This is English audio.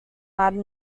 latin